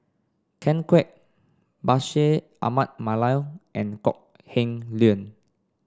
Ken Kwek Bashir Ahmad Mallal and Kok Heng Leun